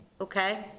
okay